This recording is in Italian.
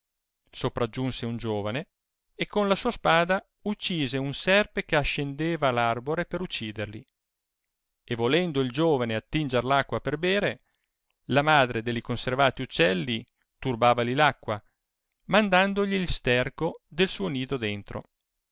sopraggiunse un giovane e con la sua spada uccise un serpe ch'ascendeva r arbore per ucciderli e volendo il giovane attinger r acqua per bere la madre delli conservati uccelli turbavali l'acqua mandandogli il sterco del suo nido dentro